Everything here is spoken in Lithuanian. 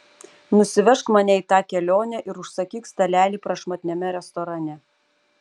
nusivežk mane į tą kelionę ir užsakyk stalelį prašmatniame restorane